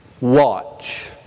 Watch